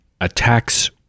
attacks